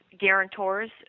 guarantors